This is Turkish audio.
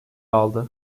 aldı